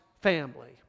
family